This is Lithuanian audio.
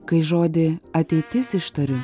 kai žodį ateitis ištariu